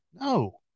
No